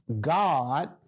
God